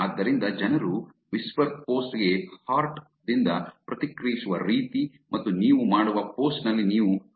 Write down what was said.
ಆದ್ದರಿಂದ ಜನರು whisper post ಗೆ ಹಾರ್ಟ್ ದಿಂದ ಪ್ರತಿಕ್ರಿಯಿಸುವ ರೀತಿ ಮತ್ತು ನೀವು ಮಾಡುವ ಪೋಸ್ಟ್ ನಲ್ಲಿ ನೀವು ಹರಟಬಹುದು